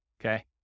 okay